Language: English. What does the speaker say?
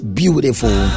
beautiful